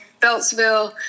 Beltsville